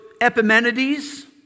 Epimenides